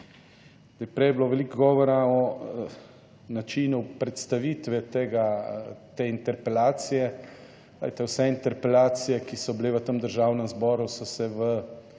Prej je bilo veliko govora o načinu predstavitve te interpelacije. Glejte, vse interpelacije, ki so bile v tem Državnem zboru, so se v